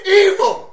evil